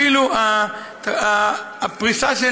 אפילו הפריסה,